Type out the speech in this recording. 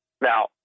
Now